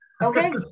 Okay